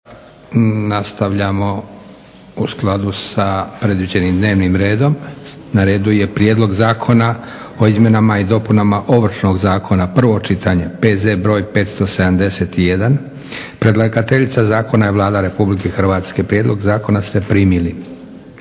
nastavljamo u skladu s predviđenim dnevnim redom. Na redu je - Prijedlog zakona o izmjenama i dopunama Ovršnog zakona, prvo čitanje, PZ br. 571 Predlagateljica zakona je Vlada Republike Hrvatske. Prijedlog zakona ste primili.